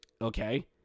Okay